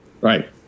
Right